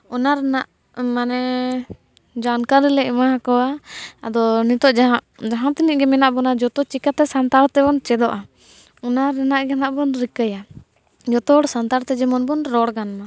ᱚᱱᱟ ᱨᱮᱱᱟᱜ ᱢᱟᱱᱮ ᱡᱟᱱᱠᱟᱹᱨᱤᱞᱮ ᱮᱢᱟ ᱟᱠᱚᱣᱟ ᱟᱫᱚ ᱱᱤᱛᱚᱜ ᱡᱟᱦᱟᱸ ᱡᱟᱦᱟᱸ ᱛᱤᱱᱟᱹᱜ ᱜᱮ ᱢᱮᱱᱟᱜ ᱵᱚᱱᱟ ᱡᱚᱛᱚ ᱪᱤᱠᱟᱹᱛᱮ ᱥᱟᱱᱛᱟᱲ ᱛᱮᱵᱚᱱ ᱪᱮᱫᱚᱜᱼᱟ ᱚᱱᱟ ᱨᱮᱱᱟᱜ ᱜᱮ ᱱᱟᱦᱟᱜ ᱵᱚᱱ ᱨᱤᱠᱟᱹᱭᱟ ᱡᱚᱛᱚ ᱦᱚᱲ ᱥᱟᱱᱛᱟᱲᱛᱮ ᱡᱮᱢᱚᱱ ᱵᱚᱱ ᱨᱚᱲ ᱜᱟᱱᱢᱟ